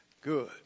Good